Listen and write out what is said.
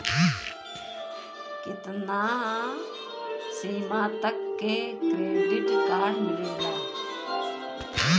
कितना सीमा तक के क्रेडिट कार्ड मिलेला?